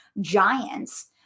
giants